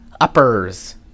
Uppers